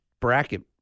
bracket